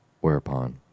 whereupon